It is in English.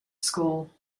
school